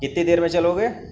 کتنی دیر میں چلو گے